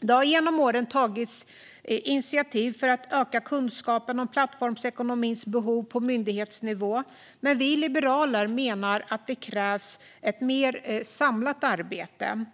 Det har genom åren tagits initiativ för att öka kunskapen om plattformsekonomins behov på myndighetsnivå, men vi liberaler menar att det krävs ett mer samlat arbete.